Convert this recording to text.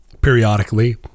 periodically